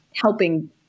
helping